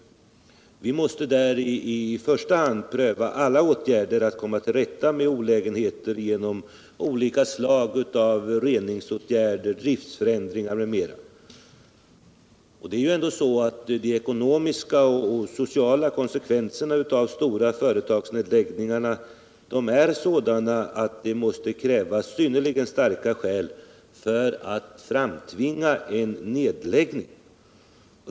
Där måste vi i första hand pröva alla åtgärder att komma till rätta med olägenheter genom olika slag av reningsåtgärder, driftförändringar m.m. De ekonomiska och sociala konsekvenserna av stora företagsnedläggningar är sådana att det måste krävas synnerligen starka skäl för att framtvinga en nedläggning.